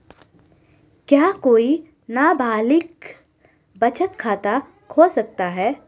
क्या कोई नाबालिग बचत खाता खोल सकता है?